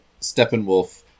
Steppenwolf